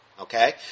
Okay